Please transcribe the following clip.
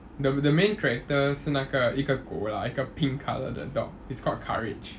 the the main character 是那个一个狗 lah 一个 pink colour 的 dog it's called courage